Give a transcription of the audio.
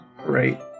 Right